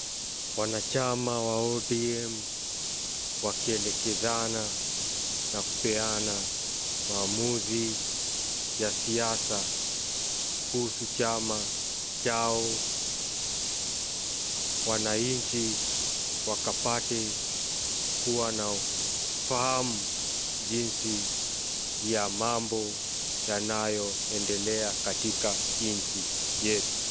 Wanachama wa ODM wakielekezana, na kupeana, maamuzi ya siasa kuhusu chama chao, wananchi wakapate kua na fahamu jinsi ya mambo yanayoendelea katika nchi yetu.